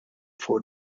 for